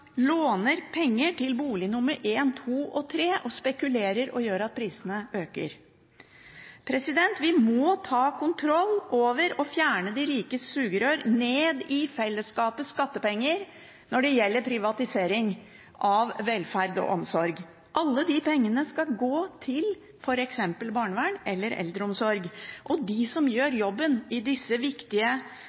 låner penger til bolig nr. 1, 2 og 3, og spekulerer og gjør at prisene øker. Vi må ta kontroll over og fjerne de rikes sugerør ned i fellesskapets skattepenger når det gjelder privatisering av velferd og omsorg – alle de pengene skal gå til f.eks. barnevern eller eldreomsorg. De som gjør jobben i disse viktige